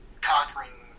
conquering